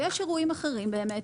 ויש אירועים אחרים באמת.